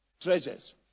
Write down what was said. treasures